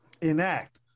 enact